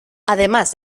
además